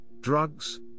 drugs